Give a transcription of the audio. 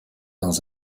dans